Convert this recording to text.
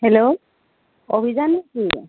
hello অভিযান নেকি